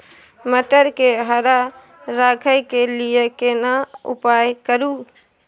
मटर के हरा रखय के लिए केना उपाय करू?